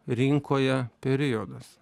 rinkoje periodas